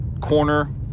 corner